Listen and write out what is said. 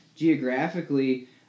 geographically